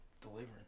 delivering